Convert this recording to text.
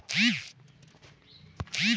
Card भुलाही ता कोई पईसा ला निकाल तो नि लेही?